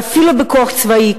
ואפילו בכוח צבאי,